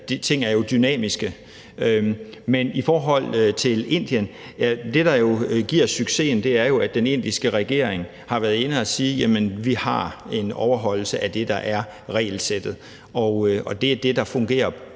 ting jo er dynamiske. Men i forhold til Indien er det, der jo giver succesen, at den indiske regering har været inde at sige, at de har en overholdelse af det, der er regelsættet. Det er det, der fungerer